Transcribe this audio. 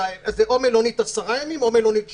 זה או מלונית עשרה ימים, או מלונית שבועיים.